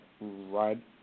right